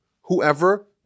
Whoever